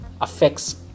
affects